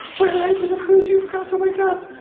we're late for the cruise, you forgot to wake up!